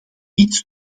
iets